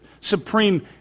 supreme